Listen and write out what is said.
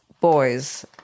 boys